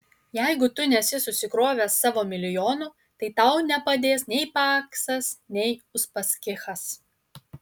jeigu tu nesi susikrovęs savo milijonų tai tau nepadės nei paksas nei uspaskichas